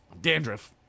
Dandruff